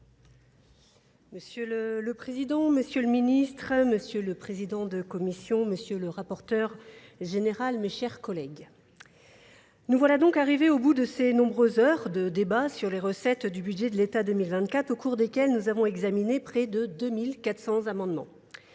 Monsieur le Président, Monsieur le Ministre, Monsieur le Président de Commission, Monsieur le Rapporteur Général, mes chers collègues. Nous voilà donc arrivés au bout de ces nombreuses heures de débats sur les recettes du budget de l'État 2024, au cours desquelles nous avons examiné près de 2 400 amendements.